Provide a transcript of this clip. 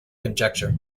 conjecture